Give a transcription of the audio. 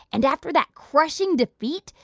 and after that crushing defeat,